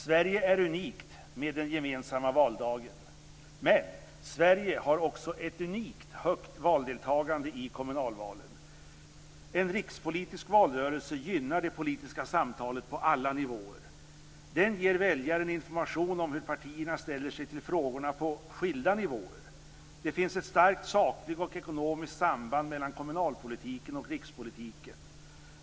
Sverige är unikt med den gemensamma valdagen, men Sverige har också ett unikt högt valdeltagande i kommunalvalen. En rikspolitisk valrörelse gynnar det politiska samtalet på alla nivåer. Den ger väljaren information om hur partierna ställer sig till frågorna på skilda nivåer. Det finns ett starkt sakligt och ekonomiskt samband mellan kommunalpolitiken och rikspolitiken.